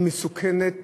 היא מסוכנת